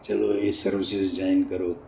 कि चलो जी सर्विसस जाइन करो